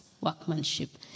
workmanship